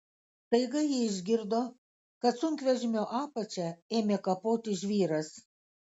staiga ji išgirdo kad sunkvežimio apačią ėmė kapoti žvyras